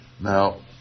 Now